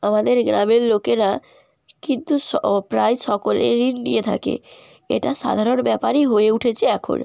আমাদের গ্রামের লোকেরা কিন্তু প্রায় সকলে ঋণ নিয়ে থাকে এটা সাধারণ ব্যাপারই হয়ে উঠেছে এখন